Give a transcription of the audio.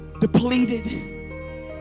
depleted